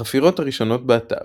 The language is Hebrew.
החפירות הראשונות באתר,